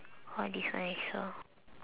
orh this one I saw